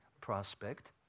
prospect